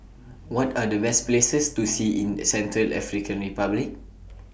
What Are The Best Places to See in Central African Republic